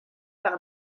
par